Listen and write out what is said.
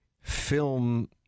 film